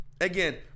Again